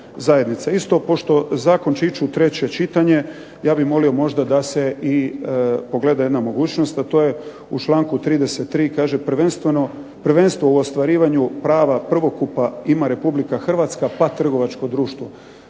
Isto pošto zakon će ići u treće čitanje ja bih molio možda da se i pogleda jedna mogućnost, a to je u članku 33. kaže: "Prvenstvo u ostvarivanju prava prvokupa ima Republika Hrvatska pa trgovačko društvo."